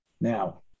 Now